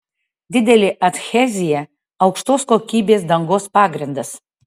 didelė adhezija aukštos kokybės dangos pagrindas